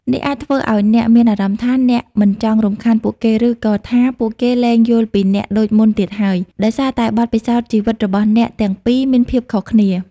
នេះអាចធ្វើឲ្យអ្នកមានអារម្មណ៍ថា អ្នកមិនចង់រំខានពួកគេ ឬក៏ថាពួកគេលែងយល់ពីអ្នកដូចមុនទៀតហើយ ដោយសារតែបទពិសោធន៍ជីវិតរបស់អ្នកទាំងពីរមានភាពខុសគ្នា។